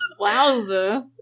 Wowza